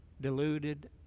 deluded